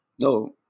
No